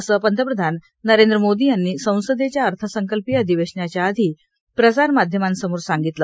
असं पंतप्रधान नरेंद्र मोदी यांनी संसदेच्या अर्थसंकल्पीय अधिवेशनाच्या आधी प्रसारमाध्यमांसमोर सांगितलं